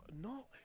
no